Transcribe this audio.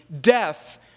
death